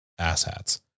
asshats